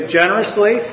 generously